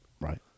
Right